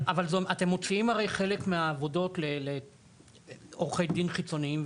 אבל אתם מוציאים הרי חלק מהעבודות לעורכי דין חיצוניים,